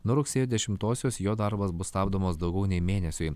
nuo rugsėjo dešimtosios jo darbas bus stabdomos daugiau nei mėnesiui